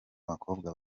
bakobwa